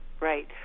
right